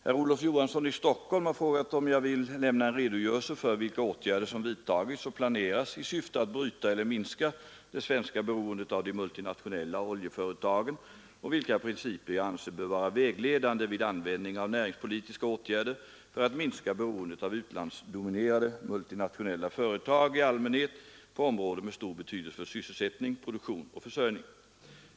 Herr Olof Johansson i Stockholm har frågat om jag vill lämna en redogörelse för vilka åtgärder som vidtagits och planeras i syfte att bryta eller minska det svenska beroendet av de multinationella oljeföretagen och vilka principer jag anser bör vara vägledande vid användning av näringspolitiska åtgärder för att minska beroendet av utlandsdominerade multinationella företag i allmänhet på områden med stor betydelse för sysselsättning, produktion och försörjning.